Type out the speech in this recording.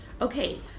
Okay